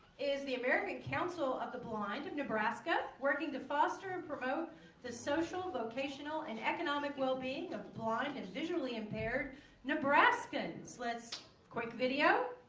is the american council of the blind of nebraska working to foster and promote the social vocational and economic well-being of the blind and visually impaired nebraskans let's quick video